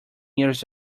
years